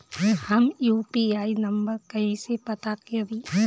हम UPI number कइसे पता करी?